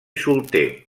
solter